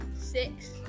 Six